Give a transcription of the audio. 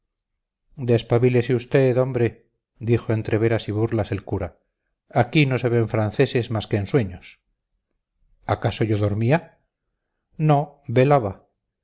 napoleón despabílese usted hombre dijo entre veras y burlas el cura aquí no se ven franceses más que en sueños acaso yo dormía no velaba